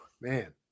man